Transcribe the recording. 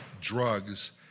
drugs